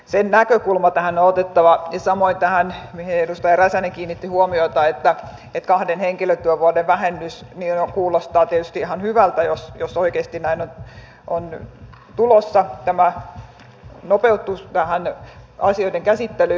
se näkökulma tähän on otettava ja samoin tähän mihin edustaja räsänen kiinnitti huomiota että kahden henkilötyövuoden vähennys kuulostaa tietysti ihan hyvältä jos oikeasti näin on tulossa tämä nopeutus tähän asioiden käsittelyyn